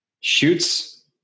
shoots